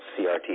CRT